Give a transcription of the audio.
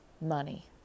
money